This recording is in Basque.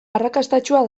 arrakastatsua